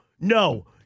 no